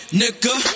nigga